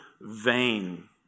vain